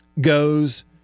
Goes